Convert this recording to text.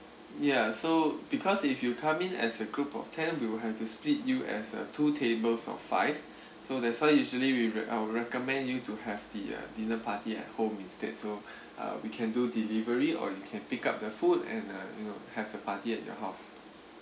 ya so because if you come in as a group of ten we will have to split you as a two tables of five so that's why usually we I'll recommend you to have the uh dinner party at home instead so uh we can do delivery or you can pick up the food and uh you know have a party at your house